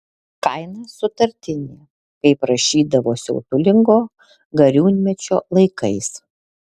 kaina sutartinė kaip rašydavo siautulingo gariūnmečio laikais